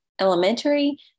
elementary